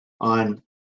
on